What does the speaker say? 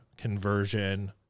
conversion